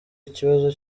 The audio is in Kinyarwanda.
ikibazo